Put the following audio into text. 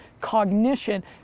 cognition